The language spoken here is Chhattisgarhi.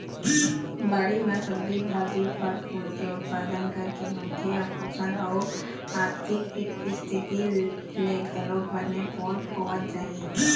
बाड़ी म सब्जी भाजी, फर फूल के उत्पादन करके मनखे ह पोसन अउ आरथिक इस्थिति ले घलोक बने पोठ होवत जाही